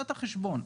ההשקעה.